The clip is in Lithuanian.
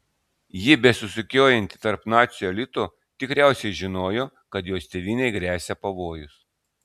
ji besisukiojanti tarp nacių elito tikriausiai žinojo kad jos tėvynei gresia pavojus